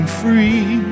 free